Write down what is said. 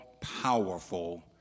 powerful